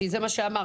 כי זה מה שאמרת